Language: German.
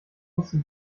musste